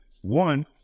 one